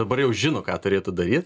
dabar jau žino ką turėtų daryt